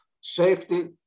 safety